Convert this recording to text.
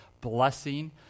blessing